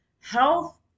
health